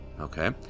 Okay